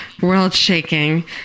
world-shaking